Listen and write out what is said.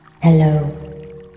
Hello